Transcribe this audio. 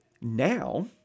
Now